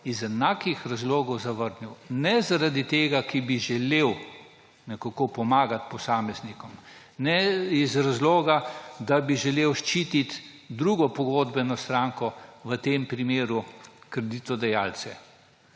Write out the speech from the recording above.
iz enakih razlogov to zavrnil. Ne zaradi tega, ker ne bi želel pomagati posameznikom, ne iz razloga, da bi želel ščititi drugo pogodbeno stranko, v tem primeru kreditodajalce.